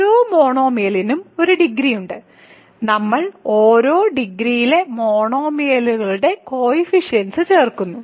ഓരോ മോണോമിയലിനും ഒരു ഡിഗ്രി ഉണ്ട് നമ്മൾ ഒരേ ഡിഗ്രിയിലെ മോണോമിയലുകളുടെ കോയിഫിഷ്യൻറ് ചേർക്കുന്നു